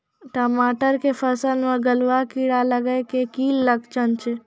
टमाटर के फसल मे गलुआ कीड़ा लगे के की लक्छण छै